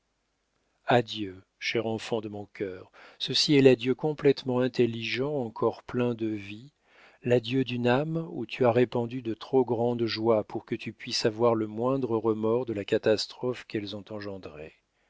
adieu cher enfant de mon cœur ceci est l'adieu complétement intelligent encore plein de vie l'adieu d'une âme où tu as répandu de trop grandes joies pour que tu puisses avoir le moindre remords de la catastrophe qu'elles ont engendrée